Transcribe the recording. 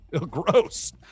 gross